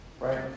right